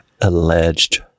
Alleged